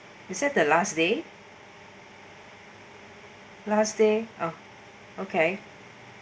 it that the last day last day ah okay